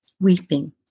weeping